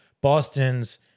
Boston's